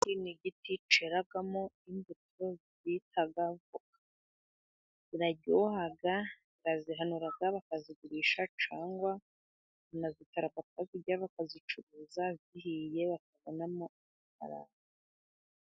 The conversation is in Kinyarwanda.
Iki ni igiti cyeramo imbuto bita avoka ziraryoha. barazohanura bakazigurisha cyangwa bakazitara bakajya kuzicuruza zihiye bakabonamo amafaranga.